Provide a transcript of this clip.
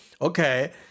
Okay